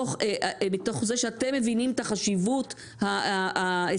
מתוך זה שאתם מבינים את החשיבות האסטרטגית